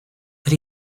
that